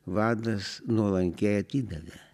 vadas nuolankiai atidavė